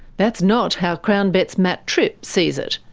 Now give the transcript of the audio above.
that's not how crownbet's matt tripp sees it.